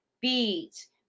beats